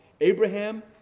Abraham